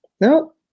Nope